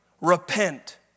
Repent